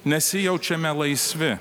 nesijaučiame laisvi